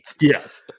Yes